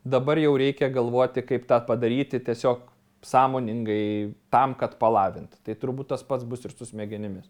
dabar jau reikia galvoti kaip tą padaryti tiesiog sąmoningai tam kad palavint tai turbūt tas pats bus ir su smegenimis